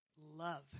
love